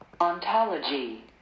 Ontology